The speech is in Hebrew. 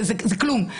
זה כלום.